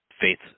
Faith